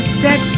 set